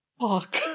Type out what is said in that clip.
Fuck